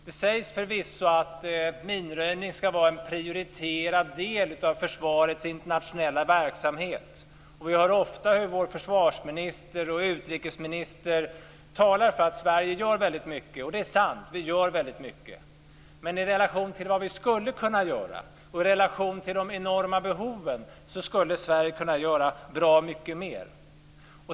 Det sägs förvisso att minröjning skall vara en prioriterad del av försvarets internationella verksamhet, och vi hör ofta hur vår försvarsminister och utrikesminister talar för att Sverige gör väldigt mycket. Det är sant. Vi gör väldigt mycket. Men i relation till vad vi förmår, och i relation till de enorma behoven, skulle Sverige kunna göra bra mycket mer.